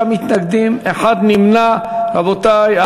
מי בעד, רבותי?